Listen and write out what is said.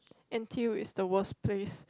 n_t_u is the worst place